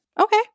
Okay